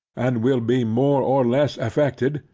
and will be more or less affected,